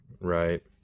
Right